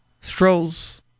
strolls